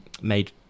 made